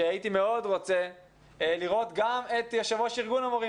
שהייתי מאוד רוצה לראות גם את יושב ראש ארגון המורים,